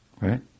right